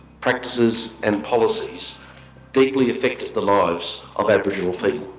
practices and policies deeply affected the lives of aboriginal people,